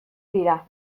dira